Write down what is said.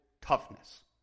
toughness